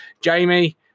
Jamie